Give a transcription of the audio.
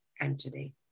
entity